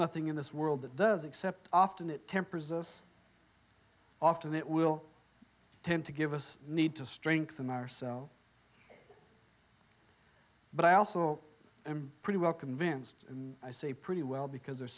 nothing in this world that does except often it tempers us often it will tend to give us need to strengthen ourselves but i also am pretty well convinced i say pretty well because there